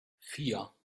vier